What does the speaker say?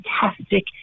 fantastic